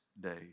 day